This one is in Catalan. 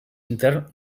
intern